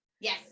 yes